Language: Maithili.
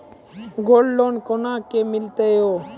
गोल्ड लोन कोना के मिलते यो?